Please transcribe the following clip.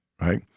right